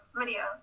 video